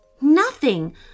Nothing